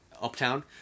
uptown